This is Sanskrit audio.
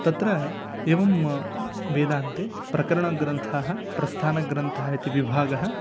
तत्र एवं वेदान्ते प्रकरणग्रन्थाः प्रस्थानग्रन्थाः इति विभागाः